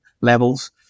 levels